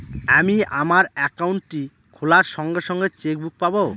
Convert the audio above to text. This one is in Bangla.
আমি আমার একাউন্টটি খোলার সঙ্গে সঙ্গে চেক বুক পাবো?